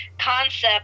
concept